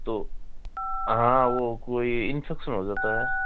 तो हाँ वो कोई इन्फेक्शन हो जाता है